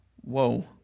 Whoa